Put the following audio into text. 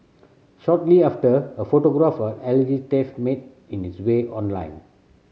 shortly after a photograph of alleged thief made its way online